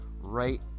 right